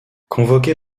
convoqué